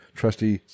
trusty